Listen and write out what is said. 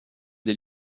des